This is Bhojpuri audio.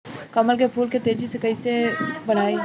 कमल के फूल के तेजी से कइसे बढ़ाई?